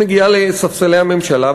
והתוכנית מגיעה לספסלי הממשלה,